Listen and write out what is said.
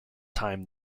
time